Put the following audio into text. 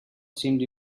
seemed